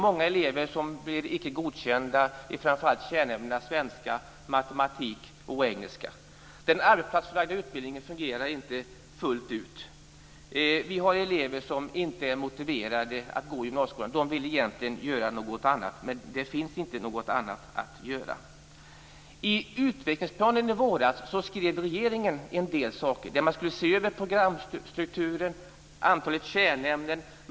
Många elever blir inte godkända, framför allt i kärnämnena svenska, matematik och engelska. Den arbetsplatsförlagda utbildningen fungerar inte fullt ut. Vi har elever som inte är motiverade att gå i gymnasieskolan. De vill egentligen göra något annat, men det finns inte något annat att göra. I utvecklingsplanen i våras skrev regeringen en del saker. Man skulle se över programstrukturen och antalet kärnämnen.